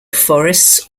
forests